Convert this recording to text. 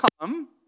come